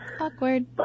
Awkward